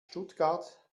stuttgart